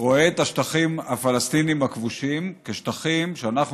רואה את השטחים הפלסטיניים הכבושים כשטחים שאנחנו